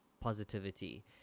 positivity